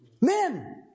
men